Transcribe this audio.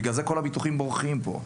בגלל זה כל הביטוחים הפרטיים בורחים מפה.